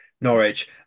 Norwich